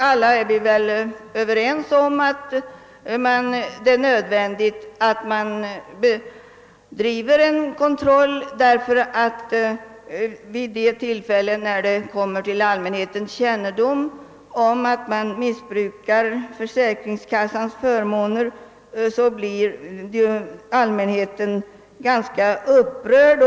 Alla är väl överens om nödvändigheten av att det bedrivs en kontrollverksamhet. Vid de tillfällen när det blir känt att man missbrukar försäkringskassans förmåner blir ju allmänheten ganska upprörd.